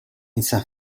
esa